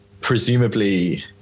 presumably